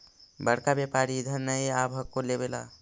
बड़का व्यापारि इधर नय आब हको लेबे ला?